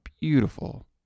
beautiful